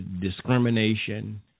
discrimination